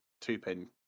two-pin